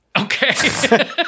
Okay